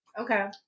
Okay